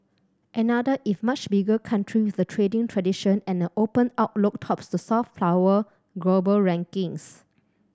another if much bigger country with a trading tradition and an open outlook tops the soft power global rankings